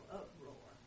uproar